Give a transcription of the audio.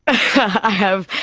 i have,